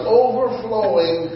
overflowing